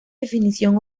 definición